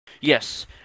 Yes